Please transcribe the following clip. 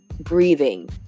breathing